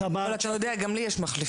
זה נכון, אבל גם לי יש מחליפים.